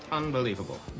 unbelievable.